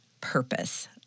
purpose